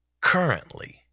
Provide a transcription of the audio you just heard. currently